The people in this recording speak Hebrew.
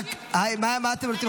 מה אתם רוצים?